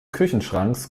küchenschranks